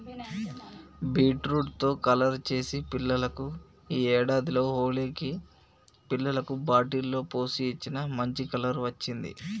beetroot తో colour చేసి పిల్లలకు ఈ ఏడాది హోలికి పిల్లలకు బాటిల్ లో పోసి ఇచ్చిన, మంచి కలర్ వచ్చింది